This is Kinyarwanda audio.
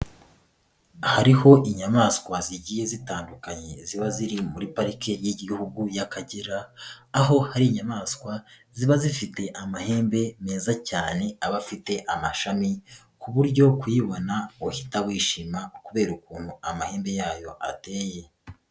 Hariho inyamaswa zigiye zitandukanye ziba ziri muri parike y'Igihugu y'Akagera, aho hari inyamaswa ziba zifite amahembe meza cyane aba afite amashami, ku buryo kuyibona uhita wishima kubera ukuntu amahembe yayo ateye.